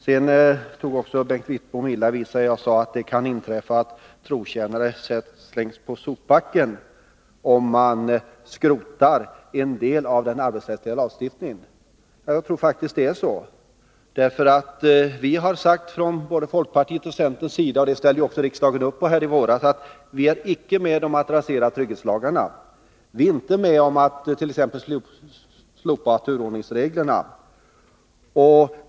Bengt Wittbom tog illa vid sig av att jag sade att det kan inträffa att trotjänare slängs på sopbacken om man skrotar en del av den arbetsrättsliga lagstiftningen. Jag tror faktiskt att det är så. Vi har sagt från både folkpartiets och centerpartiets sida — och det ställde också riksdagen upp på i våras — att vi inte vill vara med om att rasera trygghetslagarna, vi är inte med om att t.ex. slopa turordningsreglerna.